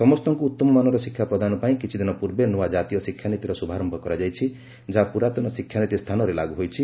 ସମସ୍ତଙ୍କୁ ଉତ୍ତମ ମାନର ଶିକ୍ଷା ପ୍ରଦାନ ପାଇଁ କିଛିଦିନ ପୂର୍ବେ ନୂଆ ଜାତୀୟ ଶିକ୍ଷାନୀତିର ଶୁଭାରୟ କରାଯାଇଛି ଯାହା ପୁରାତନ ଶିକ୍ଷାନୀତି ସ୍ଥାନରେ ଲାଗୁ ହୋଇଛି